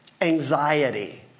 anxiety